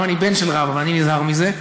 אומנם אני בן של רב, אבל אני נזהר מזה.